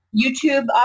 YouTube